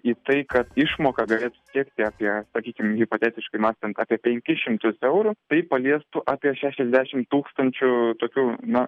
į tai kad išmoka galėtų siekti apie sakykim hipotetiškai mąstant apie penkis šimtus eurų tai paliestų apie šešiasdešim tūkstančių tokių na